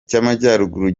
cy’amajyaruguru